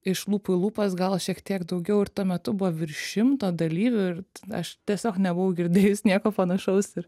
iš lūpų į lūpas gal šiek tiek daugiau ir tuo metu buvo virš šimto dalyvių ir aš tiesiog nebuvau girdėjus nieko panašaus ir